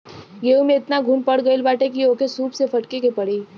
गेंहू में एतना घुन पड़ गईल बाटे की ओके सूप से फटके के पड़ी